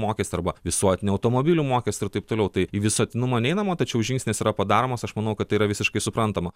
mokestį arba visuotinį automobilių mokestį ir taip toliau tai į visuotinumą neinama tačiau žingsnis yra padaromos aš manau kad tai yra visiškai suprantama